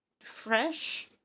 fresh